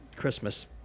Christmas